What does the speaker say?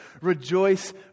Rejoice